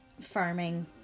farming